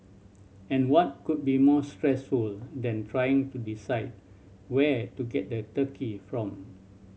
and what could be more stressful than trying to decide where to get the turkey from